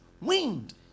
wind